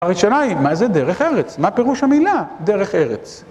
אבל השאלה היא, מה זה דרך ארץ? מה פירוש המילה דרך ארץ?